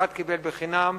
אחד קיבל בחינם,